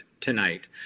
tonight